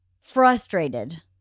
frustrated